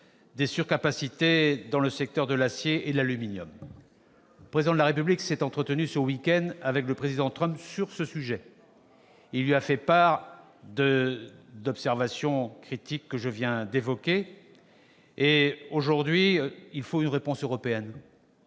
des surcapacités dans le secteur de l'acier et de l'aluminium. Le Président de la République s'est entretenu sur ce sujet, ce week-end, avec le président Trump. Il lui a fait part des observations critiques que je viens d'évoquer. Il faut aujourd'hui une réponse européenne-